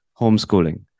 homeschooling